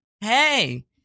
Hey